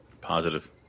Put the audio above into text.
positive